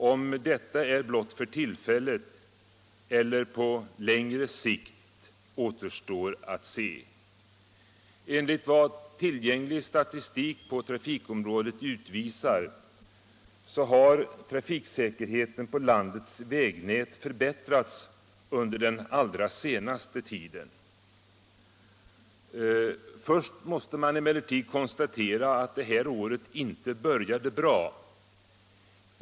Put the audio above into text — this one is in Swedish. Om detta är blott för tillfället eller på längre sikt återstår att se. Enligt vad tillgänglig statistik på trafikområdet utvisar har trafiksäkerheten på landets vägnät förbättrats under den allra senaste tiden. Först måste man emellertid konstatera att det här året inte började bra.